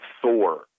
Thor